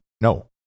No